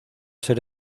ser